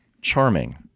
charming